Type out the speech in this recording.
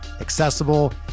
accessible